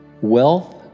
Wealth